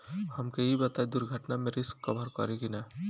हमके ई बताईं दुर्घटना में रिस्क कभर करी कि ना?